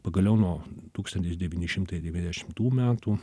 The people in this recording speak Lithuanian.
pagaliau nuo tūkstantis devyni šimtai devyniasdešimtų metų